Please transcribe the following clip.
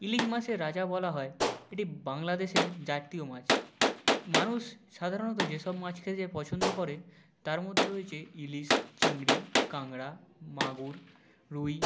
ইলিশ মাছের রাজা বলা হয় এটি বাংলাদেশের জাতীয় মাছ মানুষ সাধারণত যেসব মাছ খেতে যে পছন্দ করে তার মধ্যে রয়েছে ইলিশ চিংড়ি কাঁকড়া মাগুর রুই